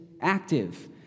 active